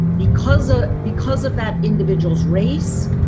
because ah because of that individual's race,